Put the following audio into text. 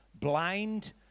blind